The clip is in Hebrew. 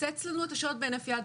לקצץ לנו את השעות בהינף יד,